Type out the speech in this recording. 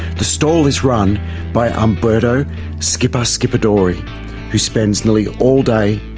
the stall is run by umberto skipper schiappadori who spends nearly all day,